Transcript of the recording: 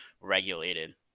regulated